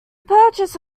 purchase